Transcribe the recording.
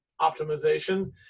optimization